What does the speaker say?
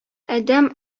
адәм